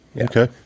Okay